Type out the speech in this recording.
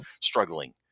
struggling